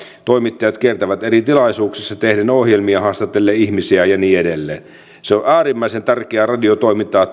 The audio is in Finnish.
toimittajat kiertävät eri tilaisuuksissa tehden ohjelmia haastatellen ihmisiä ja niin edelleen se on äärimmäisen tärkeää radiotoimintaa